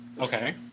Okay